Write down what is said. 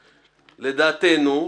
'לדעתנו',